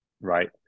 right